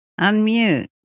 unmute